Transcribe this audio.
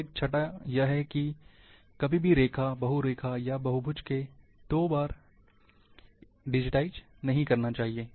और एक छठा है कभी भी रेखा बहुरेखा या बहुभुज को दो बार डिजिटाइज़ नहीं करना चाहिए